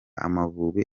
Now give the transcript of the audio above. amavubi